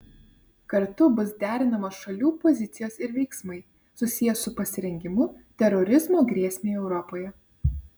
kartu bus derinamos šalių pozicijos ir veiksmai susiję su pasirengimu terorizmo grėsmei europoje